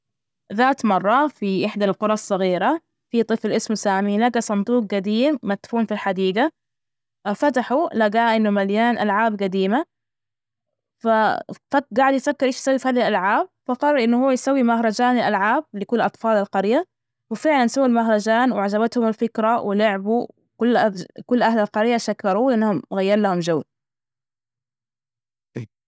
ذات مرة، في إحدى القرى الصغيرة في طفل اسمه سامي، لجى صندوق قديم مدفون في الحديجة، وفتحوا لجاه، إنه مليان ألعاب جديمة، ف جاعد يفكر ايش يسوي في هذه الألعاب؟ فقرر إنه هو يسوي مهرجان الألعاب لكل أطفال القرية، وفعلا سوى المهرجان، وعجبتهم الفكرة، ولعبوا كل أهل القرية شكروه لأنهم غير لهم جو.